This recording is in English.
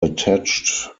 attached